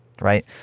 right